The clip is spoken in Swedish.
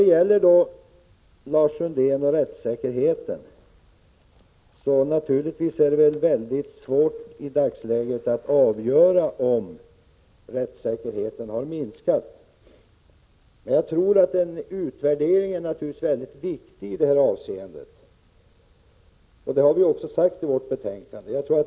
Beträffande rättssäkerheten vill jag till Lars Sundin säga att det i dagsläget är mycket svårt att avgöra om rättssäkerheten har minskat. Jag tror att en utvärdering är mycket viktig i detta avseende, vilket vi också har sagt i betänkandet.